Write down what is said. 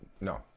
no